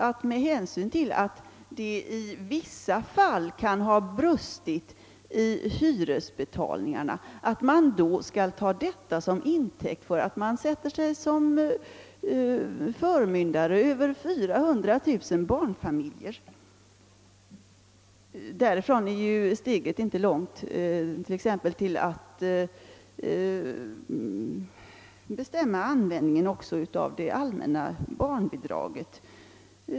Att det i vissa fall kan ha brustit i hyresbetalningarna kan jag inte anse vara någon rimlig anledning att man sätter sig som förmyndare över 400 000 barnfamiljer. Därifrån är steget inte långt t.ex. till att bestämma över användningen också av det allmänna barnbidraget.